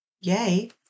Yay